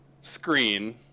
Screen